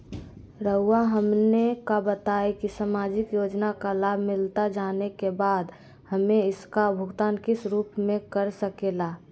रहुआ हमने का बताएं की समाजिक योजना का लाभ मिलता जाने के बाद हमें इसका भुगतान किस रूप में कर सके ला?